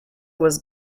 was